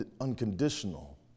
unconditional